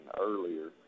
earlier